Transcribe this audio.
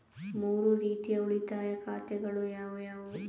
ಮೂರು ರೀತಿಯ ಉಳಿತಾಯ ಖಾತೆಗಳು ಯಾವುವು?